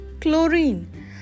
chlorine